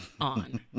on